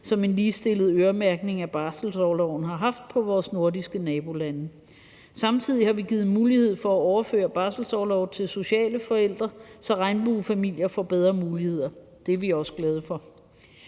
som en ligestillet øremærkning af barselsorloven har haft i vores nordiske nabolande. Samtidig har vi givet mulighed for at overføre barselsorlov til sociale forældre, så regnbuefamilier får bedre muligheder. Det er vi også glade for.